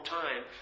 time